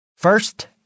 First